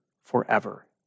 forever